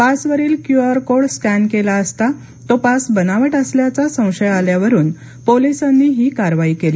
पासवरील QR code scan केला असता तो पास बनावट असल्याचा संशय आल्यावरून पोलिसांनी ही कारवाई केली